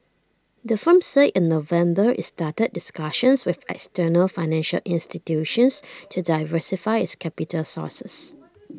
the firm said in November it's started discussions with external financial institutions to diversify its capital sources